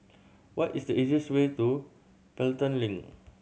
what is the easiest way to Pelton Link